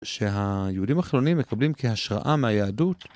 שהיהודים החילונים מקבלים כהשראה מהיהדות.